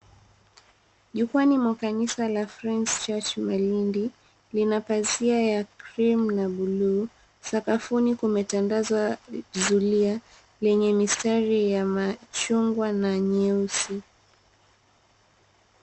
Jukwaani mwa kanisa la Friends Church Malindi lina pazia ya cream na buluu. Sakafuni kumetandazwa zulia yenye mistari ya machungwa na nyeusi.